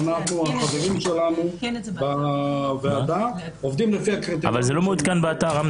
החברים שלנו בוועדה עובדים לפי הקריטריונים אבל זה לא מעודכן באתר.